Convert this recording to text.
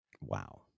Wow